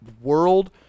World